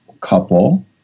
couple